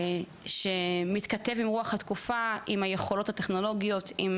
שמתכתב עם רוח התקופה, עם